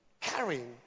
Carrying